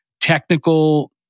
technical